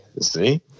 see